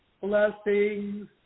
blessings